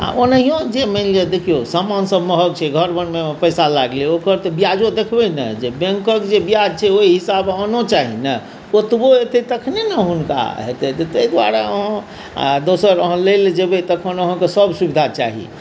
आ ओनेहियो जे मानि लीअ देखियौ समान सब महग छै घर बनबै मे पैसा लागले ओकर तऽ ब्याजो देखबै ने जे बैंक के जे ब्याज छै ओहि हिसाबे अर्नो चाही ने ओतबो एतै तखने ने हुनका हेतै ताहि दुआरे आ दोसर अहाँ लै लऽ जेबै तखन अहाँके सब सुविधा चाही